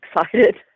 excited